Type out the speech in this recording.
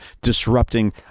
disrupting